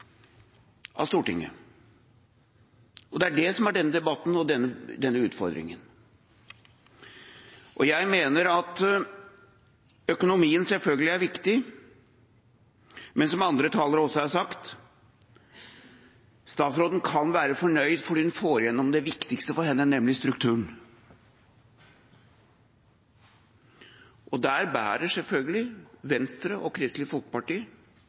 av Stortinget. Det er det denne debatten handler om, og det er det som er utfordringa. Jeg mener selvfølgelig at økonomien er viktig, men som andre talere også har sagt, kan statsråden være fornøyd fordi hun får igjennom det viktigste for henne, nemlig strukturen. Og her bærer selvfølgelig Venstre og Kristelig Folkeparti